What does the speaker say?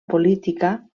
política